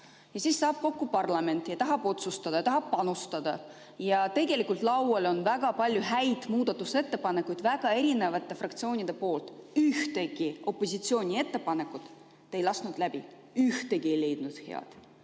Siis tuleb kokku parlament ja tahab otsustada, tahab panustada ja laual on väga palju häid muudatusettepanekuid erinevate fraktsioonide poolt. Ühtegi opositsiooni ettepanekut te ei lasknud läbi, ühtegi head